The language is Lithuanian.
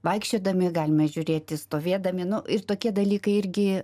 vaikščiodami galime žiūrėti stovėdami nu ir tokie dalykai irgi